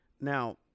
Now